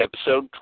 Episode